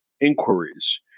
inquiries